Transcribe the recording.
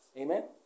Amen